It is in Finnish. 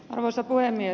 arvoisa puhemies